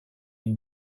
une